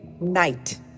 night